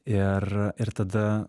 ir ir tada